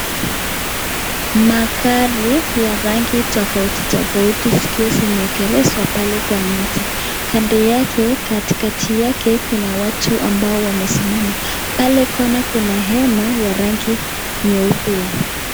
Magari ya rangi tofauti tofauti zikiwa zimekelewa pale kwenye nyasi. Kando yake katikati yake kuna watu ambao wamesimama. Pale kona kuna hema ya rangi nyeupe.